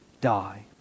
die